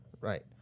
right